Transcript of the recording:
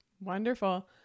Wonderful